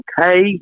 okay